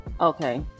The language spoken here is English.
okay